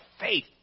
faith